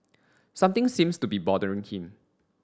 something seems to be bothering him